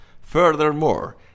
Furthermore